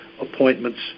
appointments